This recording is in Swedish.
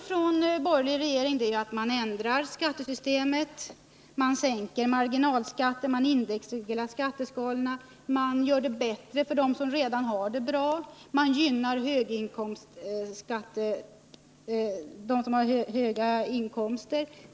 Den borgerliga regeringen ändrar skattesystemet, sänker marginalskatter, indexreglerar skatteskalorna och gör det bättre för dem som redan har det bra. Man gynnar dem som har höga inkomster.